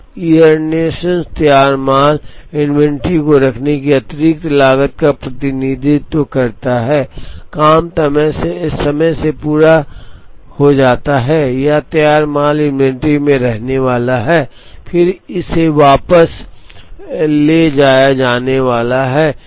अब इयरनेशन तैयार माल इन्वेंट्री को रखने की अतिरिक्त लागत का प्रतिनिधित्व करता है काम तय समय से पहले पूरा हो जाता है यह तैयार माल इन्वेंट्री में रहने वाला है और फिर इसे ले जाया जाने वाला है